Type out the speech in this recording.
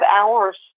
hours